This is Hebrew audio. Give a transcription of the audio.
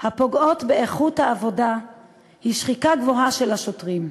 הפוגעות באיכות העבודה היא שחיקה גבוהה של השוטרים.